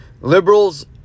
liberals